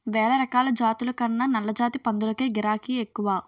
వేలరకాల జాతుల కన్నా నల్లజాతి పందులకే గిరాకే ఎక్కువ